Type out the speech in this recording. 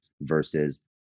versus